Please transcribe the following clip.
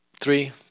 Three